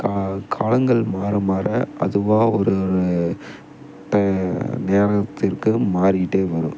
கா காலங்கள் மாற மாற அதுவாக ஒரு ஒரு நேரத்திற்கு மாறிக்கிட்டே வரும்